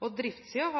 har